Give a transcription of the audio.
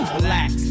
Relax